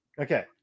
Okay